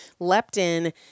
leptin